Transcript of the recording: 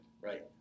Right